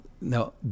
now